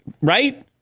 Right